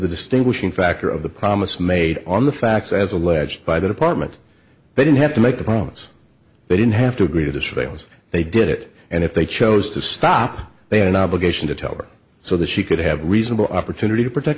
the distinguishing factor of the promise made on the facts as alleged by the department they didn't have to make a promise they didn't have to agree to the surveillance they did it and if they chose to stop they had an obligation to tell her so that she could have a reasonable opportunity to protect